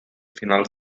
finals